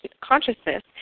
consciousness